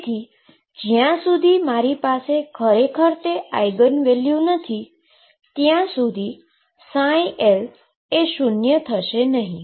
તેથી જ્યાં સુધી મારી પાસે ખરેખર તે આઈગન વેલ્યુ નથી ત્યાં સુધી ψ એ 0 થશે નહીં